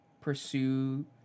pursue